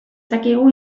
dakigu